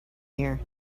here